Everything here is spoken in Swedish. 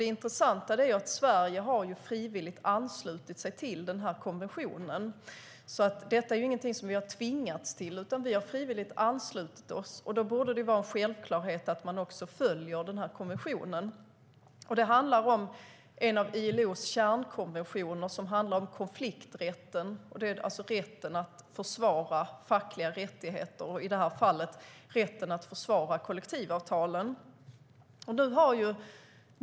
Det intressanta är att Sverige har anslutit sig till denna konvention frivilligt; vi har inte tvingats till det. Då borde det vara en självklarhet att vi också följer denna konvention som handlar om konflikträtten, det vill säga rätten att försvara fackliga rättigheter och i detta fall kollektivavtalen.